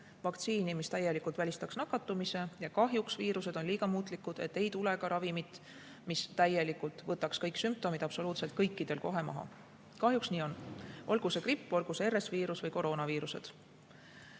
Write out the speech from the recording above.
vaktsiini, mis täielikult välistaks nakatumise. Paraku on viirused liiga muutlikud, seega ei tule ka ravimit, mis täielikult võtaks kõik sümptomid absoluutselt kõikidel kohe maha. Kahjuks nii on, olgu see gripp, olgu need RS‑viirused või koroonaviirused.